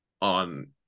on